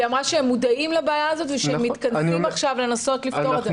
והיא אמרה שהם מודעים לבעיה ומתכנסים לנסות לפתור אותה.